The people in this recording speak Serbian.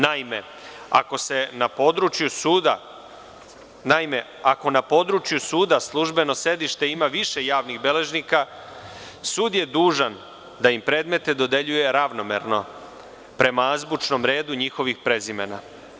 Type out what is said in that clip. Naime, ako na području suda službeno sedište ima više javnih beležnika, sud je dužan da im predmete dodeljuje ravnomerno prema azbučnom redu njihovih prezimena.